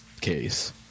case